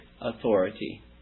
authority